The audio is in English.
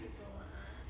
I don't want